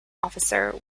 officer